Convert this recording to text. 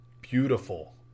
beautiful